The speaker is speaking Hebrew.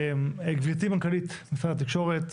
גבירתי מנכ"לית משרד התקשורת,